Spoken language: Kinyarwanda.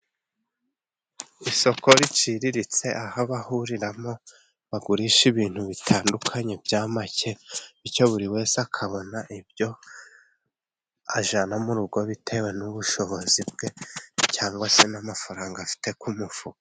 Isoko riciriritse aho abahuriramo bagurisha ibintu bitandukanye bya make bityo buri wese akabona ibyo ajana murugo bitewe n'ubushobozi bwe cyangwa se n'amafaranga afite ku mufuka.